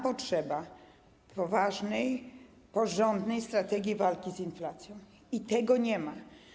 Potrzeba nam poważnej, porządnej strategii walki z inflacją, a tego nie ma.